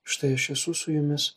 štai aš esu su jumis